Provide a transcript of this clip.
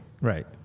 Right